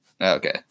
Okay